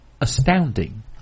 astounding